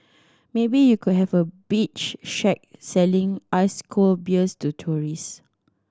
maybe you could have a beach shack selling ice cold beers to tourist